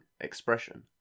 expression